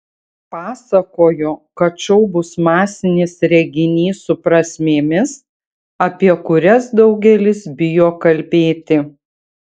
pasakojo kad šou bus masinis reginys su prasmėmis apie kurias daugelis bijo kalbėti